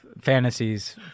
fantasies